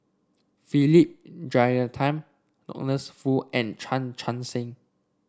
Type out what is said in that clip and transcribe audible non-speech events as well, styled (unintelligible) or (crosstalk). Philip Jeyaretnam (unintelligible) Foo and Chan Chun Sing